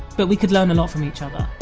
but we could learn a lot from each other